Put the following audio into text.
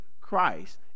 Christ